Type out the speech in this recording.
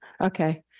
Okay